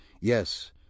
Yes